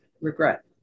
regret